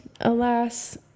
alas